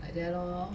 like that lor